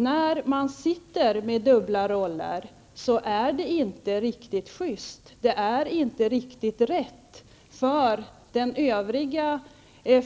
När man sitter med dubbla roller, är det inte riktigt sjyst, inte riktigt rätt gentemot den övriga